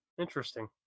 Interesting